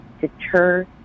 deter